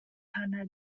hanner